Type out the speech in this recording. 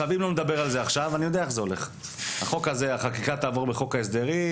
אם לא נדבר על זה עכשיו החקיקה תעבור בחוק ההסדרים,